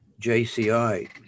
JCI